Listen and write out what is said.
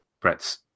Brett's